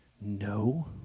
No